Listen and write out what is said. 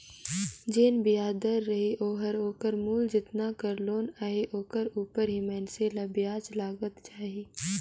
जेन बियाज दर रही ओहर ओकर मूल जेतना कर लोन अहे ओकर उपर ही मइनसे ल बियाज लगत जाही